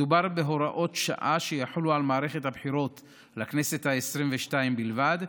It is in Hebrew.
מדובר בהוראות שעה שיחולו על מערכת הבחירות לכנסת העשרים-ושתיים בלבד,